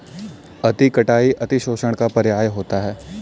अति कटाई अतिशोषण का पर्याय होता है